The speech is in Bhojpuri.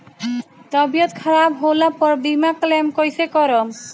तबियत खराब होला पर बीमा क्लेम कैसे करम?